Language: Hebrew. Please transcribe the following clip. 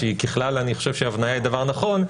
וככלל אני חושב שהבניה זה דבר נכון,